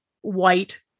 white